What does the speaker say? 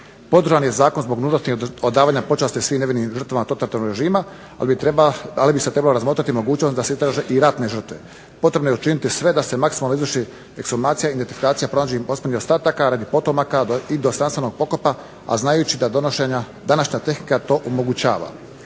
Podržan je zakon zbog nužnosti odavanja počasti svim nevinim žrtvama totalitarnog režima, ali bi se trebala razmotriti mogućnost da se istraže i ratne žrtve. Potrebno je učiniti sve da se maksimalno izvrši ekshumacija, identifikacija pronađenih posmrtnih ostataka radi potomaka i dostojanstvenog pokopa, a znajući da današnja tehnika to omogućava.